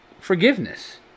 Forgiveness